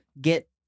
get